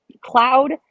cloud